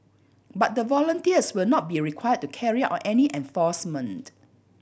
but the volunteers will not be required to carry out any enforcement